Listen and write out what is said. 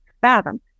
fathom